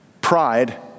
Pride